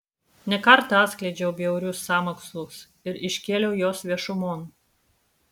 ne kartą atskleidžiau bjaurius sąmokslus ir iškėliau juos viešumon